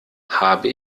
habe